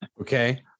Okay